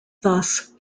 thus